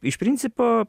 iš principo